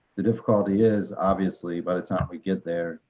the difficulty is, obviously by the time we get there,